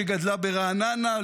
שגדלה ברעננה.